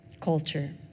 culture